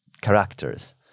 characters